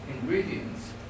ingredients